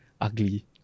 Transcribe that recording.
ugly